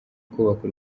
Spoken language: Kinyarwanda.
kubaka